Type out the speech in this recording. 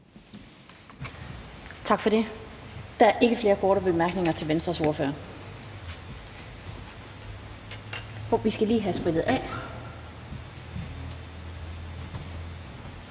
Tak for det. Der er ikke flere korte bemærkninger til Venstres ordfører. Der skal lige sprittes af,